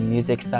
Music